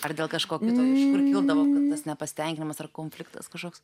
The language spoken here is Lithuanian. ar dėl kažko kito kur kildavo tas nepasitenkinimas ar konfliktas kažkoks